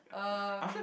um